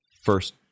first